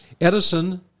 Edison